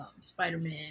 Spider-Man